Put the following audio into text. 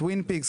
Twin Picks,